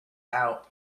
out